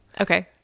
okay